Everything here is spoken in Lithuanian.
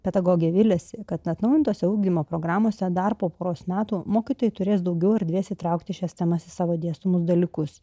pedagogė viliasi kad atnaujintose ugdymo programose dar po poros metų mokytojai turės daugiau erdvės įtraukti šias temas į savo dėstomus dalykus